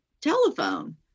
telephone